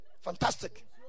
Fantastic